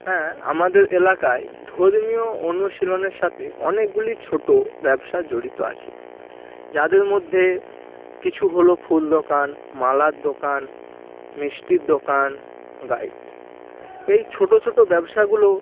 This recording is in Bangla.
হ্যাঁ আমাদের এলাকায় ধর্মীয় অনুশীলনের সাথে অনেকগুলি ছোটো ব্যবসা জড়িত আছে যাদের মধ্যে কিছু হল ফুল দোকান মালার দোকান মিষ্টির দোকান গাইড এই ছোটো ছোটো ব্যবসাগুলো